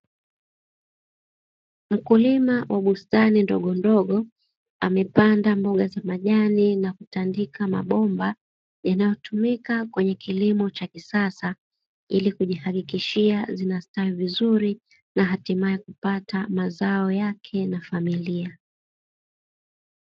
Mkulima wa bustani ndogondogo amepanda mboga za majani na kutandika mabomba, yanayotumika katika kilimo cha kisasa ili zinastawi vizuri na hatimae kupata mazao yake na ya familia.